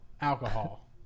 alcohol